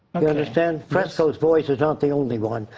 you understand? fresco's voice is not the only one.